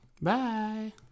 Bye